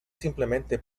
simplemente